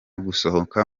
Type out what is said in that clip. gusohoka